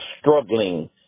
struggling